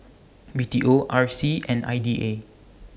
B T O R C and I D A